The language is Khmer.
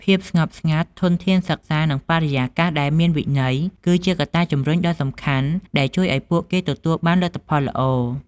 ភាពស្ងប់ស្ងាត់ ធនធានសិក្សា និងបរិយាកាសដែលមានវិន័យ គឺជាកត្តាជំរុញដ៏សំខាន់ដែលជួយឲ្យពួកគេទទួលបានលទ្ធផលល្អ។